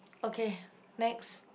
okay next